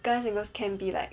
guys and girls can be like